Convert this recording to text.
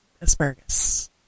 asparagus